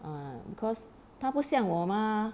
uh because 她不像我 mah